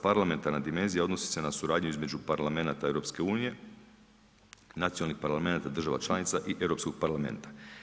Parlamentarna dimenzija odnosi se na suradnju između parlamenata EU, nacionalnih parlamenata država članica i Europskog parlamenta.